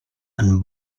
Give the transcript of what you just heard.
and